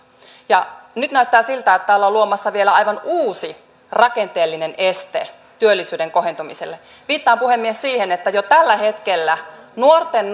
nyt näyttää siltä että ollaan luomassa vielä aivan uusi rakenteellinen este työllisyyden kohentumiselle viittaan puhemies siihen että jo tällä hetkellä nuorten